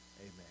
Amen